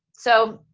so,